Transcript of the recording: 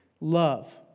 love